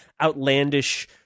outlandish